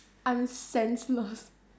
I'm senseless